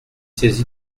saisi